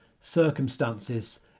circumstances